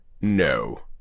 no